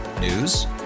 News